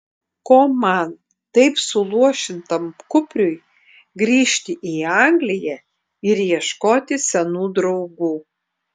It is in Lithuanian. ko man taip suluošintam kupriui grįžti į angliją ar ieškoti senų draugų